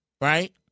right